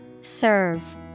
Serve